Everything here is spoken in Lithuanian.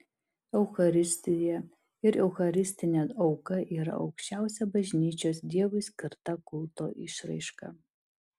eucharistija ir eucharistinė auka yra aukščiausia bažnyčios dievui skirta kulto išraiška